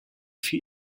für